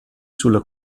sulla